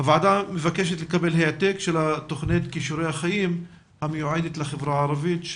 הוועדה מבקשת לקבל העתק של תוכנית קישורי החיים המיועדת לחברה הערבית.